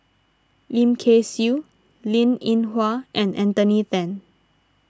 Lim Kay Siu Linn in Hua and Anthony then